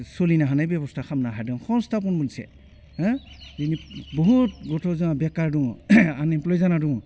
सलिनो हानाय बेब'स्था खालामनो हादों हंस्थाफन मोनसे होह बेनि बुहुत गथ' जोंहा बेखार दङ आनइमप्लय जाना दङ